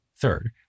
Third